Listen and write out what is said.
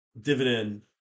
dividend